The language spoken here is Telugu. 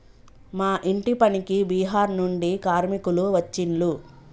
మా ఇంటి పనికి బీహార్ నుండి కార్మికులు వచ్చిన్లు